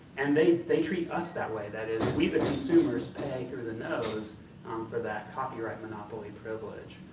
and they they treat us that way, that is we the consumers pay through the nose for that copyright monopoly privilege.